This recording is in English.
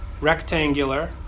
rectangular